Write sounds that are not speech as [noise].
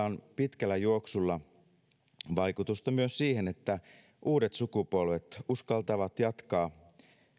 [unintelligible] on pitkällä juoksulla vaikutusta myös siihen että uudet sukupolvet uskaltavat jatkaa